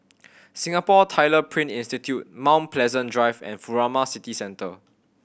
Singapore Tyler Print Institute Mount Pleasant Drive and Furama City Centre